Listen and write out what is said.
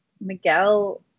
Miguel